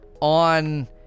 on